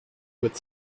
with